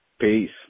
Peace